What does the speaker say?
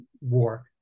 war